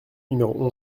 numéro